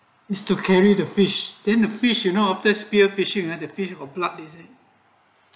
has to carry the fish then the fish you know if the spear fishing at the feet of blood daisy